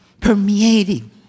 permeating